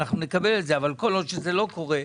אנחנו נקבל אבל כל עוד זה לא קורה,